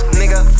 nigga